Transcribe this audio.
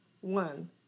one